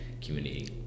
community